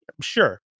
sure